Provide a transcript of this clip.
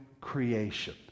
creation